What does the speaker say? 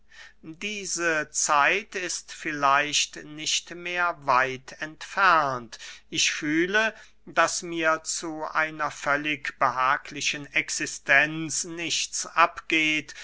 diese zeit ist vielleicht nicht mehr weit entfernt ich fühle daß mir zu einer völlig behaglichen existenz nichts abgeht